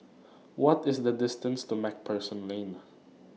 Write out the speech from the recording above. What IS The distance to MacPherson Lane